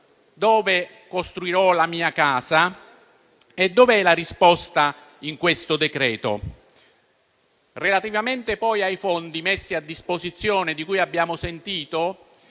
dove costruirò la mia casa? Dov'è la risposta in questo decreto? Relativamente, poi, ai fondi messi a disposizione, di cui abbiamo sentito,